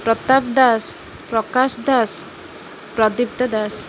Pratap Das Prakash Das Pradipta Das